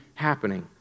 happening